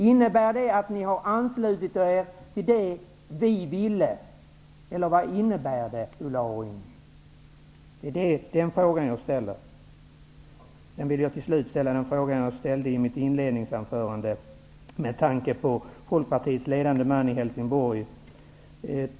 Innebär det att ni har anslutit er till det vi ville eller vad innebär det, Ulla Orring? Det är den frågan jag ställer. Sedan vill jag till slut, med tanke på Folkpartiets ledande man i Helsingborg, ställa den fråga jag ställde i mitt inledningsanförande.